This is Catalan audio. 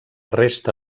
resta